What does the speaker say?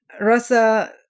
rasa